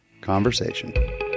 conversation